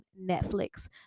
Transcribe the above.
netflix